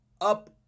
up